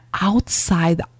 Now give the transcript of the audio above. outside